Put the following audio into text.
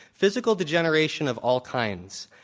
physical degeneration of all kinds.